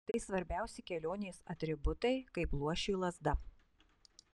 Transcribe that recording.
tai svarbiausi kelionės atributai kaip luošiui lazda